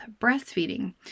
breastfeeding